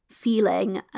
feeling